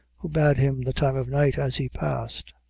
who bade him the time of night as he passed.